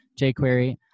jQuery